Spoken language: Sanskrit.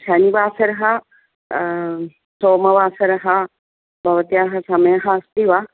शनिवासरः सोमवासरः भवत्याः समयः अस्ति वा